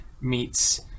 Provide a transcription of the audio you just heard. meets